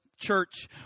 church